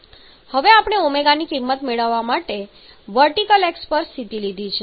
હવે આપણે ω ની કિંમત મેળવવા માટે વર્ટિકલ અક્ષ પર સ્થિતિ લીધી છે